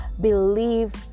believe